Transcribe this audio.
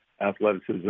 athleticism